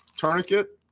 tourniquet